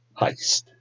heist